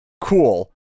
cool